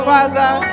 Father